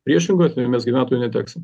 priešingu atveju mes gyventojo neteksim